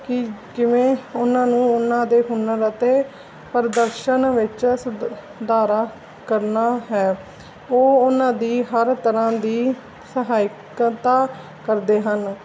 ਕਿ ਕਿਵੇਂ ਉਹਨਾਂ ਨੂੰ ਉਹਨਾਂ ਦੇ ਹੁਨਰ ਅਤੇ ਪ੍ਰਦਰਸ਼ਨ ਵਿੱਚ ਸੁਧ ਧਾਰਾ ਕਰਨਾ ਹੈ ਉਹ ਉਹਨਾਂ ਦੀ ਹਰ ਤਰ੍ਹਾਂ ਦੀ ਸਹਾਇਕਤਾ ਕਰਦੇ ਹਨ